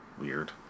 Weird